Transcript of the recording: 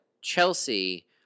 Chelsea